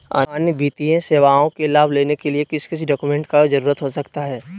अन्य वित्तीय सेवाओं के लाभ लेने के लिए किस किस डॉक्यूमेंट का जरूरत हो सकता है?